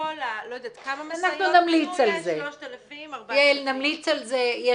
כמה משאיות --- יעל, נמליץ על זה.